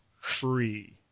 free